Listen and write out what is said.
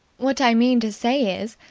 what i mean to say is,